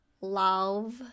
Love